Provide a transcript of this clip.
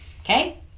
Okay